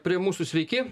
prie mūsų sveiki